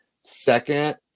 Second